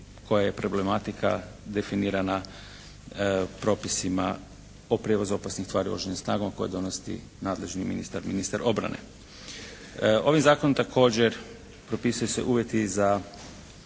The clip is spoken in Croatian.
koja je problematika definirana propisima o prijevozu opasnih tvari u oružanim snagama koje donosi nadležni ministar, ministar obrane. Ovim zakonom također propisuju se uvjeti za